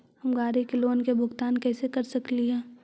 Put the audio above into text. हम गाड़ी के लोन के भुगतान कैसे कर सकली हे?